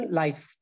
life